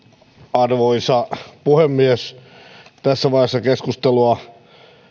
arvoisa puhemies tässä vaiheessa keskustelua